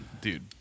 dude